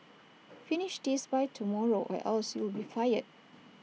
finish this by tomorrow or else you'll be fired